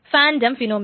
phantom phenomenon